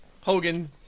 Hogan